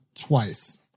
twice